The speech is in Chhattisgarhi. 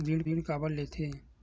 ऋण काबर लेथे?